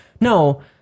no